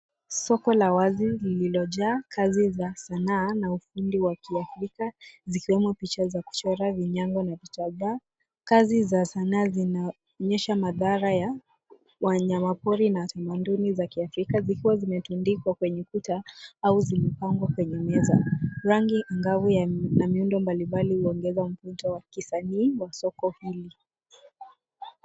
Soko la wazi lililojaa kazi za sanaa na ufundi wa kiafrika zikiwemo picha za kuchora, vinyango na vitambaa. Kazi za sanaa zinaonyesha madhara ya wanyamapori na utamaduni za kiafrika zikiwa zimetundikwa kwenye ukuta au zimepangwa kwenye meza. Rangi angavu na miundo mbalimbali imeongeza mpwito wa kisanii wa soko hili.